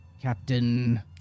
Captain